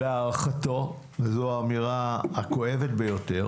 להערכתו וזו האמירה הכואבת ביותר